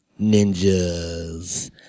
Ninjas